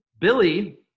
Billy